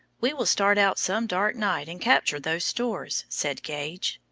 we will start out some dark night and capture those stores, said gage.